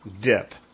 dip